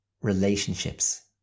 relationships